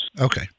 Okay